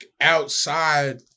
outside